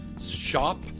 Shop